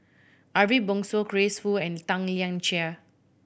Ariff Bongso Grace Fu and Tan Lian Chye